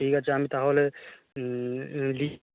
ঠিক আছে আমি তাহলে